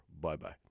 Bye-bye